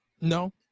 no